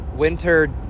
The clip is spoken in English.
winter